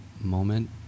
moment